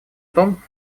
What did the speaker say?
том